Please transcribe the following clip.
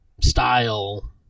style